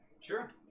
Sure